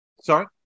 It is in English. Sorry